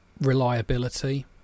reliability